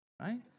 right